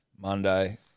monday